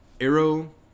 Arrow